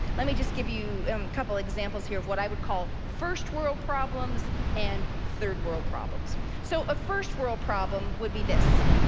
let me just give you a um couple examples here of what i would call first world problems, and third world problems. so a first world problem would be this.